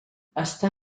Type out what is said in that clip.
està